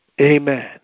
Amen